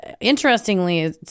interestingly